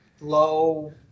low